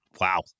Wow